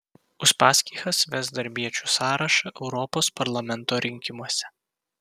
uspaskichas ves darbiečių sąrašą europos parlamento rinkimuose